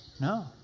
No